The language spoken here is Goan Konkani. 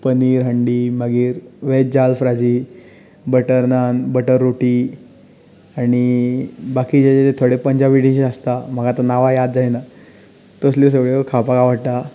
पनीर हंडी मागीर veg jalfrezi butter naan butter roti आनी बाकिचे जे थोडे पंजाबी डिशीज आसता म्हाका आतां नांवां याद जायना तसल्यो सगळ्यो खावपाक आवडटा